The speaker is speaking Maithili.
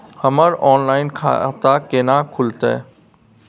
हमर ऑनलाइन खाता केना खुलते?